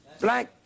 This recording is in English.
black